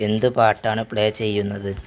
എന്ത് പാട്ടാണ് പ്ലേ ചെയ്യുന്നത്